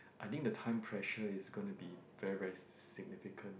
I think the time pressure is going to be very very s~ significant